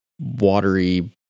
watery